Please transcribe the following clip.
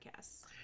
podcasts